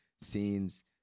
scenes